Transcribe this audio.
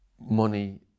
Money